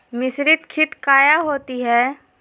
मिसरीत खित काया होती है?